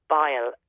bile